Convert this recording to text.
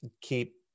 keep